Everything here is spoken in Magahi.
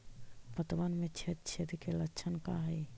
पतबन में छेद छेद के लक्षण का हइ?